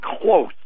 close